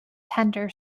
tender